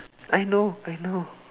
I know I know